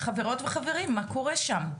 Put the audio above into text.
חברות וחברים, מה קורה שם?